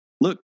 look